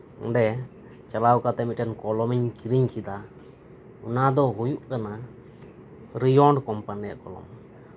ᱚᱸᱰᱮ ᱪᱟᱞᱟᱣ ᱠᱟᱛᱮᱫ ᱢᱤᱫᱴᱮᱱ ᱠᱚᱞᱚᱢ ᱤᱧ ᱠᱤᱨᱤᱧ ᱠᱮᱫᱟ ᱚᱱᱟ ᱫᱚ ᱦᱩᱭᱩᱜ ᱠᱟᱱᱟ ᱨᱤᱭᱚᱱᱰ ᱠᱳᱢᱯᱟᱱᱤᱭᱟᱜ ᱠᱚᱞᱚᱢ